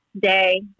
day